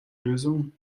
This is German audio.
lösung